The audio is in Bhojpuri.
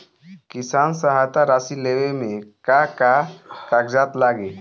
किसान सहायता राशि लेवे में का का कागजात लागी?